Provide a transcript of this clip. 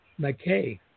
McKay